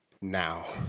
now